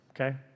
okay